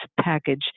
package